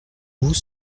vous